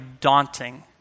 daunting